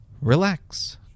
relax